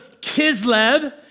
Kislev